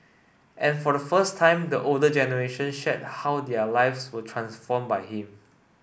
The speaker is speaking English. and for the first time the older generation shared how their lives were transformed by him